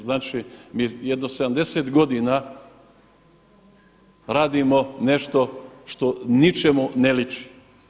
Znači, jedno 70 godina radimo nešto što ničemu ne liči.